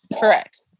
Correct